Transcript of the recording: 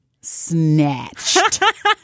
snatched